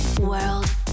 World